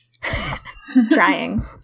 Trying